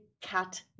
cat